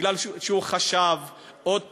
מפני שהוא חשב עוד פעם,